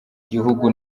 gihugu